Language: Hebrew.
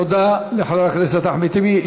תודה לחבר הכנסת אחמד טיבי.